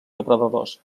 depredadors